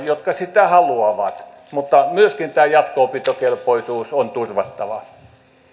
jotka sitä haluavat mutta myöskin tämä jatko opintokelpoisuus on turvattava